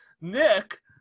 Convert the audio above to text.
Nick